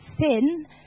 sin